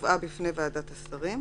הובאה בפני ועדת השרים,